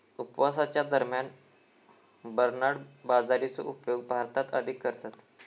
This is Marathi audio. उपवासाच्या दरम्यान बरनार्ड बाजरीचो उपयोग भारतात अधिक करतत